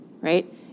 right